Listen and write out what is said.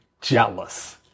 jealous